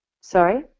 sorry